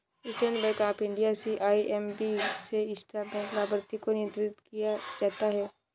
state Bank of India CIMB से intra bank लाभार्थी को नियंत्रण किया जाता है